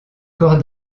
corps